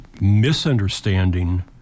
misunderstanding